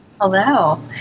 Hello